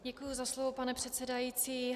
Děkuji za slovo, pane předsedající.